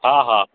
हा हा